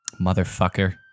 Motherfucker